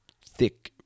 thick